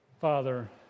Father